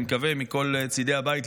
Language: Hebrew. אני מקווה מכל צידי הבית,